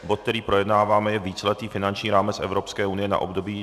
Bod, který projednáváme je Víceletý finanční rámec Evropské unie na období 20212027.